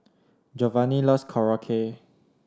Jovani loves Korokke